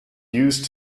used